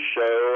Show